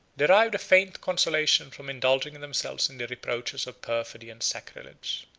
derived a faint consolation from indulging themselves in the reproaches of perfidy and sacrilege.